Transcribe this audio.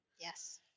Yes